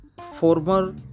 former